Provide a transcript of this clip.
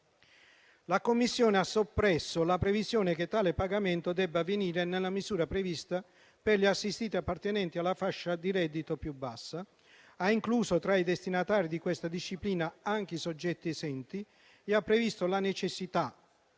La Commissione ha soppresso la previsione che tale pagamento debba avvenire nella misura prevista per gli assistiti appartenenti alla fascia di reddito più bassa, ha incluso tra i destinatari di questa disciplina anche i soggetti esenti e ha previsto la necessità,